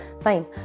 Fine